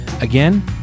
Again